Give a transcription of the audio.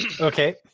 Okay